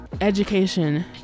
education